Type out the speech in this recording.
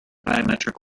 biometric